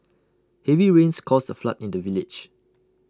heavy rains caused A flood in the village